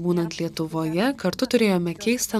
būnant lietuvoje kartu turėjome keistą